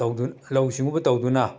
ꯂꯧꯎ ꯁꯤꯉꯨꯕ ꯇꯧꯗꯨꯅ